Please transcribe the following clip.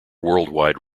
worldwide